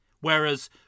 Whereas